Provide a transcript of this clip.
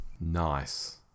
Nice